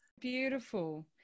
Beautiful